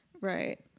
right